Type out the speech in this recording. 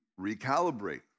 recalibrate